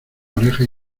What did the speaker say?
orejas